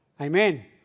Amen